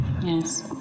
Yes